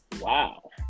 Wow